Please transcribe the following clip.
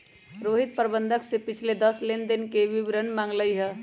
रोहित प्रबंधक से पिछले दस लेनदेन के विवरण मांगल कई